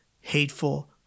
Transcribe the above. hateful